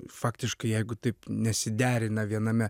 faktiškai jeigu taip nesiderina viename